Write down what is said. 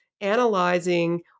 analyzing